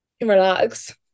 Relax